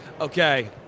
Okay